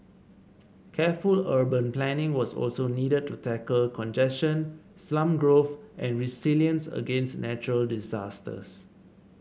careful urban planning was also needed to tackle congestion slum growth and resilience against natural disasters